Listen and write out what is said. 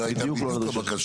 בדיוק, זו הייתה בדיוק הבקשה.